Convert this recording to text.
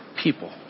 people